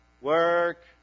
work